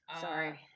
Sorry